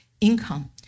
income